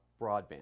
broadband